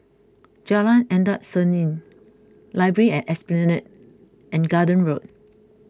Jalan Endut Senin Library at Esplanade and Garden Road